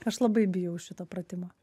aš labai bijau šito pratimo